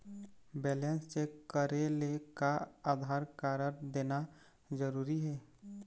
Balance check करेले का Aadhaar card देना जरूरी हे?